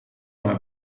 come